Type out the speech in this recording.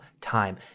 time